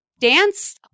dance